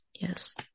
Yes